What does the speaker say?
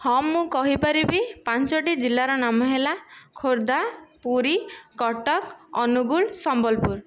ହଁ ମୁଁ କହିପାରିବି ପାଞ୍ଚୋଟି ଜିଲ୍ଲାର ନାମ ହେଲା ଖୋର୍ଦ୍ଧା ପୁରୀ କଟକ ଅନୁଗୁଳ ସମ୍ବଲପୁର